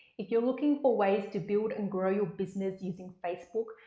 if you're looking for ways to build and grow your business using facebook,